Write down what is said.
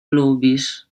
lubisz